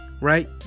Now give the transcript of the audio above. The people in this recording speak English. Right